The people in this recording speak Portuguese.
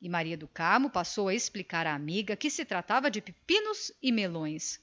e maria do carmo passou a explicar à amiga que se tratava de pepinos e melões